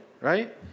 right